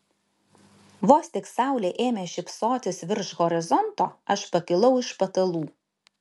vos tik saulė ėmė šypsotis virš horizonto aš pakilau iš patalų